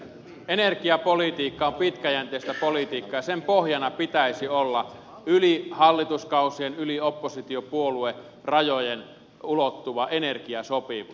energiapolitiikka on pitkäjänteistä politiikkaa ja sen pohjana pitäisi olla yli hallituskausien yli oppositiopuoluerajojen ulottuva energiasopimus